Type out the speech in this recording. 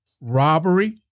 robbery